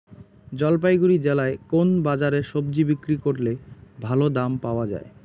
জলপাইগুড়ি জেলায় কোন বাজারে সবজি বিক্রি করলে ভালো দাম পাওয়া যায়?